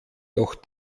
doch